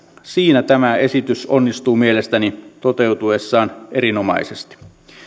siinä tämä esitys onnistuu mielestäni toteutuessaan erinomaisesti